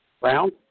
round